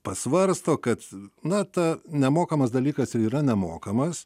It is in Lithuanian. pasvarsto kad nata nemokamas dalykas yra nemokamas